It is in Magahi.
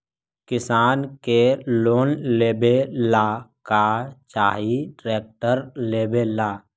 किसान के लोन लेबे ला का चाही ट्रैक्टर लेबे ला?